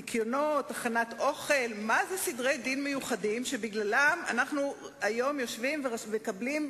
כמו שאני רואה את זה, ביבי מפחד, ומפחד מאוד.